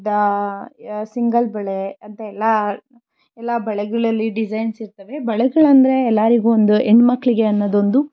single ಬಳೆ ಅಂತ ಎಲ್ಲ ಎಲ್ಲ ಬಳೆಗಳಲ್ಲಿ ಡಿಸೈನ್ಸ್ ಇರ್ತವೆ ಬಳೆಗಳೆಂದ್ರೆ ಎಲ್ಲರಿಗೂ ಒಂದು ಹೆಣ್ಮಕ್ಳಿಗೆ ಅನ್ನೋದೊಂದು